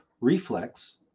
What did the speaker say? reflex